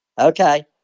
Okay